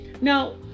Now